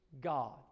God